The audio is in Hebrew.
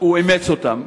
הוא אימץ אותן.